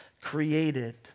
created